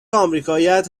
آمریکاییات